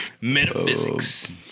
Metaphysics